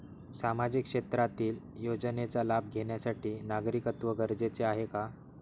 सामाजिक क्षेत्रातील योजनेचा लाभ घेण्यासाठी नागरिकत्व गरजेचे आहे का?